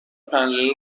پنجره